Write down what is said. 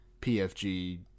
PFG